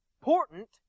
important